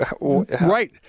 right